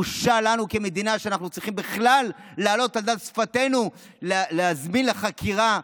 בושה לנו כמדינה שאנחנו צריכים בכלל להעלות על דל שפתינו להזמין לחקירה,